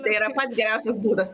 tai yra pats geriausias būdas